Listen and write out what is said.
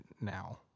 now